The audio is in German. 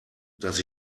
dass